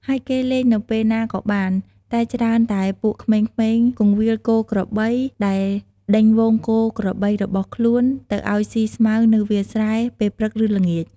ហើយគេលេងនៅពេលណាក៏បាន តែច្រើនតែពួកក្មេងៗគង្វាលគោ-ក្របី ដែលដេញហ្វូងគោក្របីរបស់ខ្លួនទៅឲ្យស៊ីស្មៅនៅវាលស្រែ ពេលព្រឹក ឬល្ងាច។